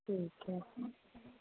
ਠੀਕ ਹੈ